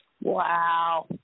wow